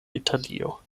italio